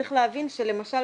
צריך להבין, למשל,